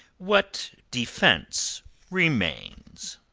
what defence remains?